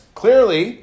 clearly